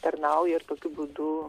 tarnauja ir tokiu būdu